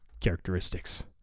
characteristics